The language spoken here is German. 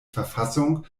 verfassung